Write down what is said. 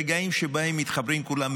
רגעים שבהם מתחברים כולם,